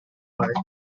hard